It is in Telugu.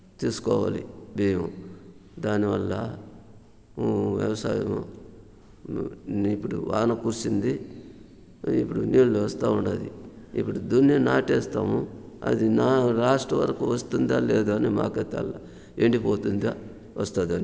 తీసుకోవాలి బియ్యం దానివల్ల వ్యవసాయం ఇప్పుడు వాన కురిసింది ఇప్పుడు నీళ్లు వస్తా ఉండాది ఇప్పుడు దున్ని నాటేస్తాము అది నా లాస్ట్ వరకు వస్తుందా లేదు అని మాకే తెల్ల ఎండిపోతుందా వస్తాదా